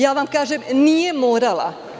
Ja vam kažem – nije morala.